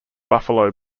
buffalo